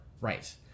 Right